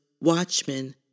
Watchmen